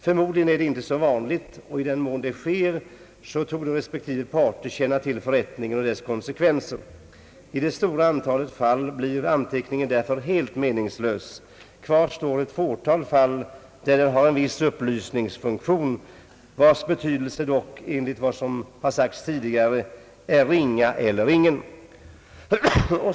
Förmodligen är det inte så vanligt, och i den mån det sker torde respektive parter känna till förrättningen och dess konsekvenser. I det stora antalet fall blir därför anteckningen helt meningslös. Kvar står ett fåtal fall där den har en viss upplysningsfunktion, vars betydelse dock enligt vad som sagts tidigare är ringa eller ingen.